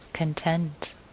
Content